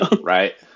Right